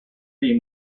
dei